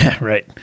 Right